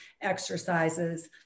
exercises